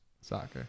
soccer